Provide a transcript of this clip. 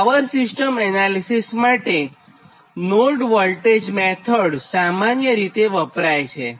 power system analysis માટે node voltage method સામાન્ય રીતે વપરાય છે